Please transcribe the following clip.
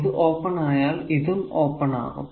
ഇത് ഓപ്പൺ ആയാൽ ഇതും ഓപ്പൺ ആകും